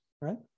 right